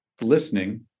listening